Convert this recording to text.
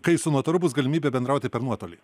kai su notaru bus galimybė bendrauti per nuotolį